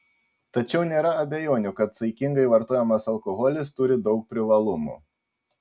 tačiau nėra abejonių kad saikingai vartojamas alkoholis turi daug privalumų